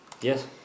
Yes